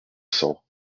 cents